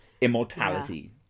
immortality